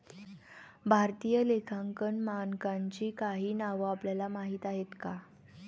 भारतीय लेखांकन मानकांची काही नावं आपल्याला माहीत आहेत का?